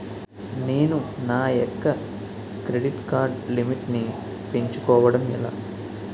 నేను నా యెక్క క్రెడిట్ కార్డ్ లిమిట్ నీ పెంచుకోవడం ఎలా?